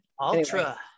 ultra